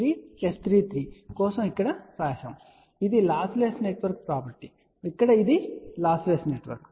కాబట్టి ఇది lossless network property మరియు ఇక్కడ ఇది లాస్లెస్ నెట్వర్క్